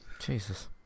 Jesus